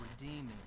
redeeming